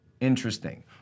interesting